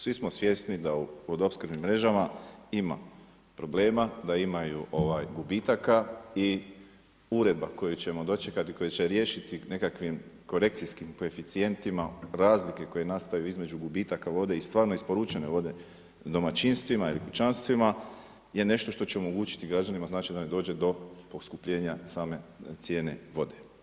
Svi smo svjesni da pod opskrbnim mrežama ima problema, da imaju gubitaka i uredba koju ćemo dočekati koja će riješiti nekakvim korekcijskim koeficijentima razlike koje nastaju između gubitaka vode i stvarno isporučene vode domaćinstvima ili kućanstvima je nešto što će omogućiti građanima znači da ne dođe do poskupljenja same cijene vode.